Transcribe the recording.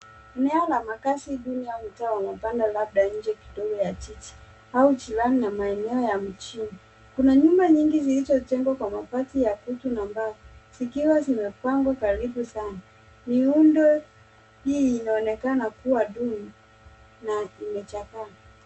Eneo la makazi duni au mtaa wa mabanda labda nje kidogo ya jiji au jirani na maeneo ya mjini. Kuna nyumba nyingi zilizojengwa kwa mabati ya kutu na mbao zikiwa zimepangwa karibu sana. Miundo hii inaonekana kuwa duni na imechakaa.